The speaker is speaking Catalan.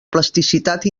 plasticitat